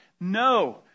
No